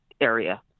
area